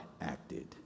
acted